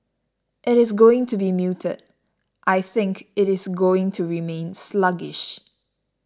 it is going to be muted I think it is going to remain sluggish